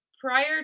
prior